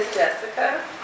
Jessica